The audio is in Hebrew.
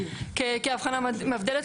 כאבחנה מבדלת,